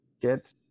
get